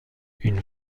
une